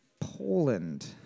Poland